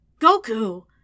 Goku